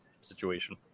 situation